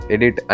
Edit